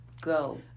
Go